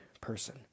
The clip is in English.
person